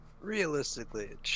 realistically